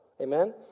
Amen